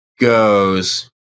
goes